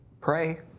Pray